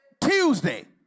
Tuesday